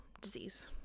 disease